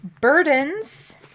Burdens